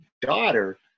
daughter